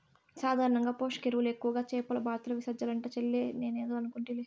సాధారణంగా పోషక ఎరువులు ఎక్కువగా చేపల బాతుల విసర్జనలంట చెల్లే నేనేదో అనుకుంటిలే